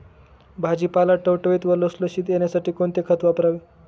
भाजीपाला टवटवीत व लुसलुशीत येण्यासाठी कोणते खत वापरावे?